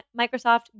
Microsoft